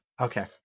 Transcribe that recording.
Okay